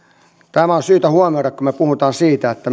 on syytä huomioida kun me puhumme siitä että